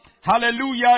Hallelujah